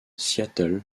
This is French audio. seattle